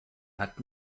hat